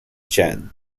chan